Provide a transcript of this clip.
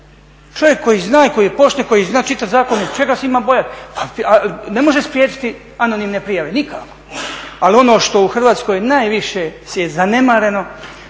Čovjek koji zna i koji je pošten i koji zna čitati zakone čega se ima bojati, a ne može spriječiti anonimne prijave nikako. Ali ono što u Hrvatskoj najviše si je zanemareno